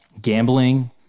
Gambling